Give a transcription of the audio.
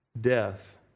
death